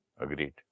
Agreed